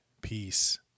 peace